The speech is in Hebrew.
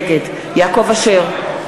נגד יעקב אשר,